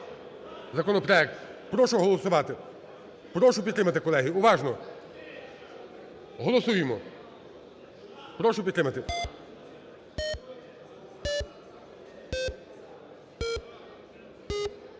законопроект. Прошу голосувати. Прошу підтримати, колеги. Уважно! Голосуємо! Прошу підтримати.